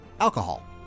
alcohol